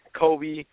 Kobe